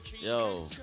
Yo